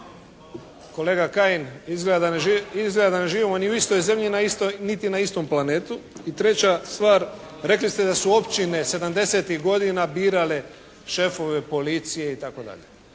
Kolega Kajin, izgleda da ne živimo ni u istoj zemlji, niti na istom planetu. I treća stvar rekli ste da su općine sedamdesetih godina birale šefove policije itd.